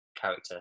character